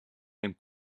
and